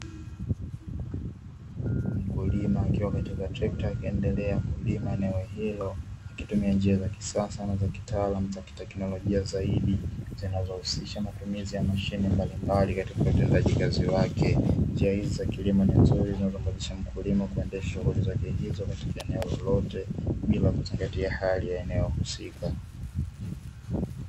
Mkulima akiwa katika trekta akiendelea kulima eneo hilo, akitumia njia za kisasa na za kitaalamu za kiteknolojia zaidi zinazohusisha mashine mbalimbali katika utendaji wake, njia hizo za kilimo ni nzuri zinamuwezesja mkulima kuendesha kazi zake hizo katika eneo lolote, bila kuzingatia hali ya eneo husika.